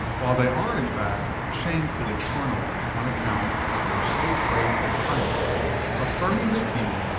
while they are in fact shamefully carnal on account of their so great impiety, a affirming that he,